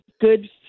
good